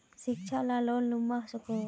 शिक्षा ला लोन लुबा सकोहो?